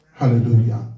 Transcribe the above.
Hallelujah